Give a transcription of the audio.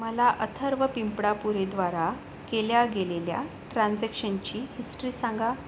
मला अथर्व पिंपडापुरेद्वारा केल्या गेलेल्या ट्रान्झॅक्शनची हिस्टरी सांगा